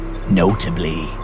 Notably